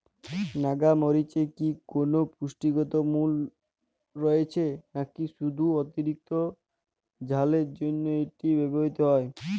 নাগা মরিচে কি কোনো পুষ্টিগত মূল্য রয়েছে নাকি শুধু অতিরিক্ত ঝালের জন্য এটি ব্যবহৃত হয়?